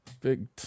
Big